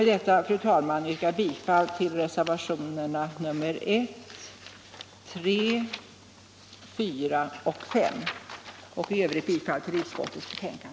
Med detta yrkar jag bifall till reservationerna 1, 3, 4 och 5 och i övrigt till utskottets hemställan.